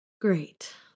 Great